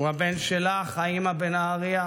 הוא הבן שלך, האימא בנהריה,